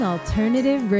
Alternative